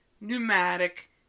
pneumatic